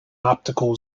optical